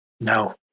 no